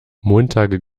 montage